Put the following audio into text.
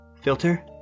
Filter